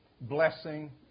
blessing